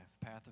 path